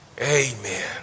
amen